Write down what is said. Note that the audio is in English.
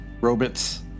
robots